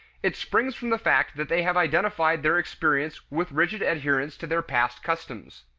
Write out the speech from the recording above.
it springs from the fact that they have identified their experience with rigid adherence to their past customs.